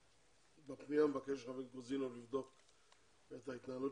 בפנייה מבקש חבר הכנסת קוז'ינוב לבדוק את ההתנהלות